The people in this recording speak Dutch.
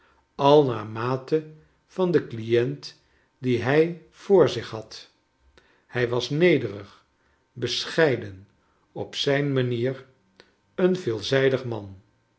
al naarmate van den client dien hij voor zich had hij was nederig bescheiden op zijn manier een veelzijdig man